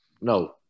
No